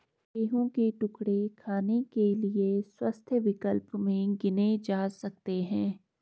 गेहूं के टुकड़े खाने के लिए स्वस्थ विकल्प में गिने जा सकते हैं